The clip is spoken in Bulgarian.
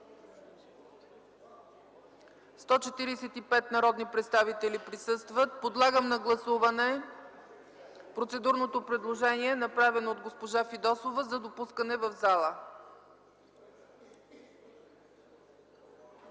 пет народни представители присъстват. Подлагам на гласуване процедурното предложение, направено от госпожа Фидосова за допускане в залата.